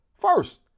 first